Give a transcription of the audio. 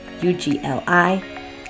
U-G-L-I